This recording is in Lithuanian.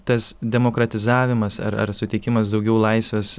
tas demokratizavimas ar ar suteikimas daugiau laisvės